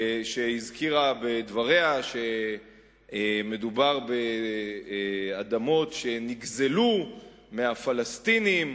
שהזכירה בדבריה שמדובר באדמות שנגזלו מהפלסטינים